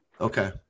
Okay